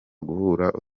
guhura